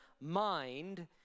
mind